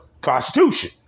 prostitution